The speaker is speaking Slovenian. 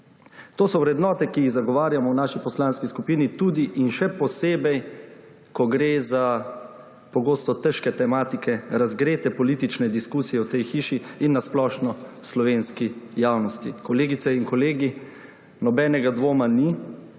To so vrednote, ki jih zagovarjamo v naši poslanski skupini tudi in še posebej, ko gre za pogosto težke tematike, razgrete politične diskusije v tej hiši, in na splošno v slovenski javnosti. Kolegice in kolegi, nobenega dvoma ni,